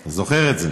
אתה זוכר את זה.